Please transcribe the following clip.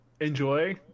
enjoy